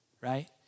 Right